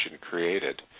created